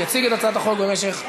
יציג את הצעת החוק במשך,